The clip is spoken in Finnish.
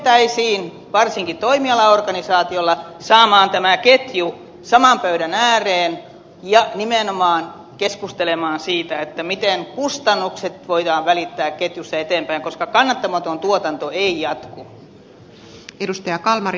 sillä kyettäisiin varsinkin toimialaorganisaatiolla saamaan tämä ketju saman pöydän ääreen ja nimenomaan keskustelemaan siitä miten kustannukset voidaan välittää ketjussa eteenpäin koska kannattamaton tuotanto ei jatku